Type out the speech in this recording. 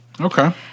Okay